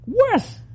Worse